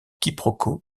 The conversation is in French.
quiproquo